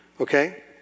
Okay